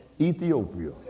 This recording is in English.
Ethiopia